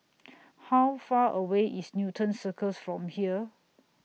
How Far away IS Newton Circus from here